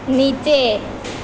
નીચે